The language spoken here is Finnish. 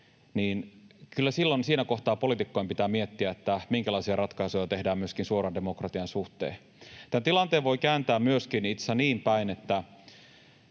niin kyllä silloin siinä kohtaa poliitikkojen pitää miettiä, minkälaisia ratkaisuja tehdään myöskin suoran demokratian suhteen. Tämän tilanteen voi kääntää myöskin itse asiassa niin päin,